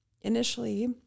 initially